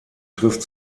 trifft